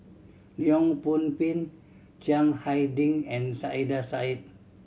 Leong Pin Chiang Hai Ding and Saiedah Said